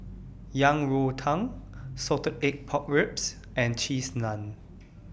Yang Rou Tang Salted Egg Pork Ribs and Cheese Naan